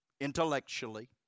intellectually